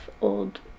old